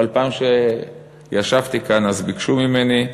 אבל מכיוון שישבתי כאן ביקשו ממני.